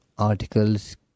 articles